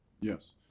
Yes